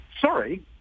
sorry